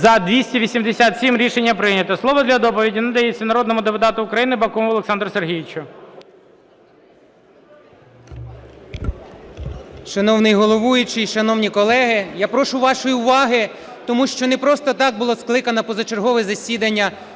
За-287 Рішення прийнято. Слово для доповіді надається народному депутату України Бакумову Олександру Сергійовичу. 16:50:15 БАКУМОВ О.С. Шановний головуючий, шановні колеги! Я прошу вашої уваги, тому що не просто так було скликане позачергове засідання Верховної